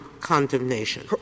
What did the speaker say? condemnation